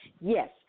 Yes